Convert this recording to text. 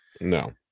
No